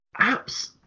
apps